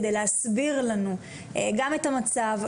כדי להסביר לנו גם את המצב,